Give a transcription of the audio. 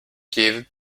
give